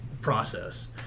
process